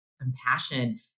compassion